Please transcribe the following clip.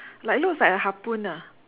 like looks like a harpoon ah